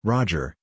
Roger